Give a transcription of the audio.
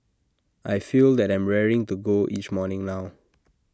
I feel that I'm raring to go each morning now